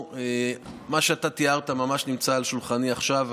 מה שאתה תיארת ממש נמצא על שולחני עכשיו.